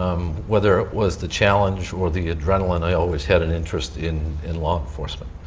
um whether it was the challenge or the adrenaline i always had an interest in in law enforcement.